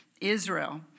Israel